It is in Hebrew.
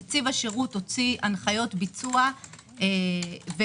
נציב השירות הוציא הנחיות ביצוע וכללים.